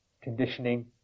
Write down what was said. Conditioning